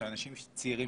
של אנשים צעירים,